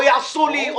או יעשו לי,